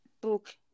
book